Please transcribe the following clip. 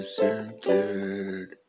centered